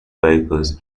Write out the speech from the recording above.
vehicles